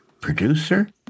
producer